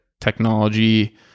technology